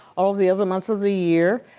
all the other months of the year,